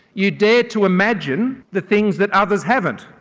you dare to imagine the things that others haven't.